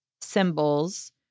symbols